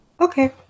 Okay